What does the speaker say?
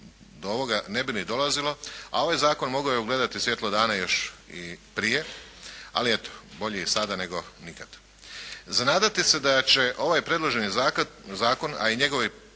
do ovoga ne bi ni dolazilo, a ovaj zakon mogao je ugledati svjetlo dana još i prije, ali eto, bolje i sada nego nikad. Za nadati se da će ovaj predloženi zakon a i njegovi